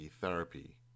therapy